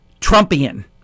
Trumpian